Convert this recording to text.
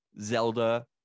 zelda